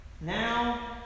Now